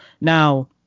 Now